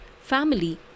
family